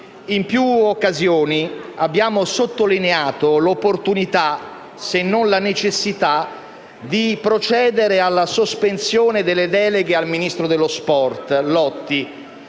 In più occasioni abbiamo sottolineato l'opportunità, se non la necessità, di procedere alla sospensione delle deleghe al ministro dello sport Lotti,